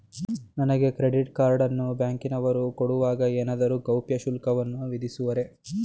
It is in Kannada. ನನಗೆ ಕ್ರೆಡಿಟ್ ಕಾರ್ಡ್ ಅನ್ನು ಬ್ಯಾಂಕಿನವರು ಕೊಡುವಾಗ ಏನಾದರೂ ಗೌಪ್ಯ ಶುಲ್ಕವನ್ನು ವಿಧಿಸುವರೇ?